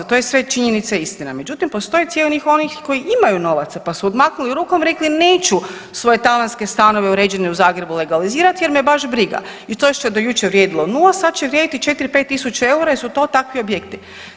To je sve činjenica i istina, međutim, postoji cijeli ... koji imaju novaca pa su odmaknuli rukom i rekli neću svoje tavanske stanove uređene u Zagrebu legalizirati jer me baš briga i to što je do jučer vrijedilo 0, sad će vrijediti 4, 5 tisuća eura jer su to takvi objekti.